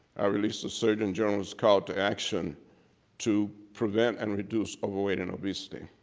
i released a surgeon general's call to action to prevent and reduce overweight and obesity.